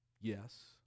Yes